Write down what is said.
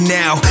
now